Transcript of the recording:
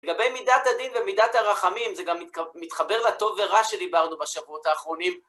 לגבי מידת הדין ומידת הרחמים, זה גם מתחבר לטוב ורע שדיברנו בשבועות האחרונים.